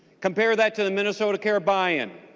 compare that to the minnesota care by and